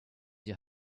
your